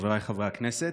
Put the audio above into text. חבריי חברי הכנסת,